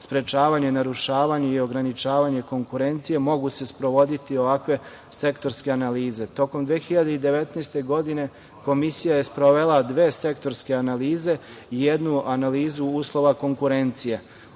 sprečavanje, narušavanje i ograničavanje konkurencije, mogu se sprovoditi ovakve sektorske analize. Tokom 2019. godine Komisija je sprovela dve sektorske analize i jednu analizu uslova konkurencije.